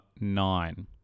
nine